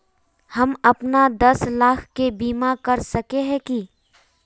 हम अपन दस साल के बीमा करा सके है की?